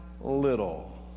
little